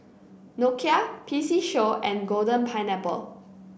Nokia P C Show and Golden Pineapple